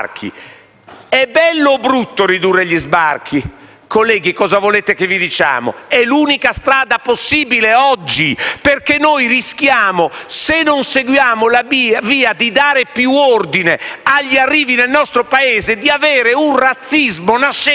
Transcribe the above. È bello o brutto ridurre gli sbarchi? Colleghi, cosa volete che vi diciamo? È l'unica strada possibile oggi perché noi rischiamo, se non seguiamo la via di dare più ordine agli arrivi nel nostro Paese, di veder nascere